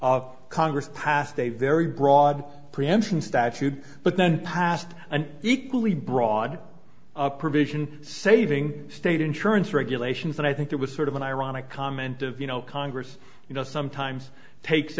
of congress passed a very broad preemption statute but then passed an equally broad provision saving state insurance regulations and i think it was sort of an ironic comment of you know congress you know sometimes takes